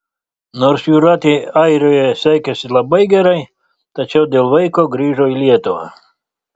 nors jūratei airijoje sekėsi labai gerai tačiau dėl vaiko grįžo į lietuvą